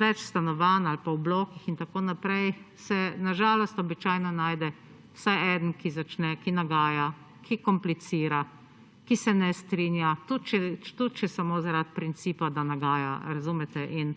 več stanovanj ali pa v blokih in tako naprej se na žalost najde vsaj eden, ki začne, ki nagaja, ki komplicira, ki se ne strinja tudi, če samo, zaradi principa, da nagaja in